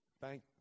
Thank